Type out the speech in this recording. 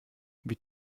wie